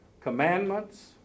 commandments